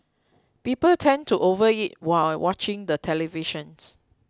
people tend to overeat while watching the television